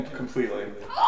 completely